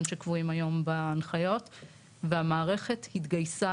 שקבועים היום בהנחיות והמערכת התגייסה,